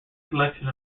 collection